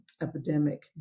epidemic